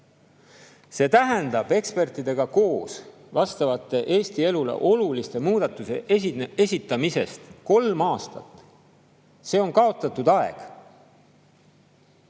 See tähendab ekspertidega koos vastavate Eesti elule oluliste muudatuste esitamisest kolme aastat. See on kaotatud aeg!